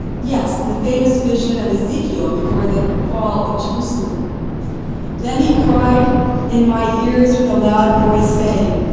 yes, the famous vision of ezekiel before the fall of jerusalem then he cried in my ears with a loud voice, saying,